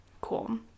Cool